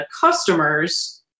customers